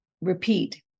repeat